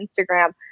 Instagram